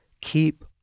keep